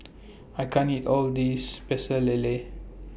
I can't eat All of This Pecel Lele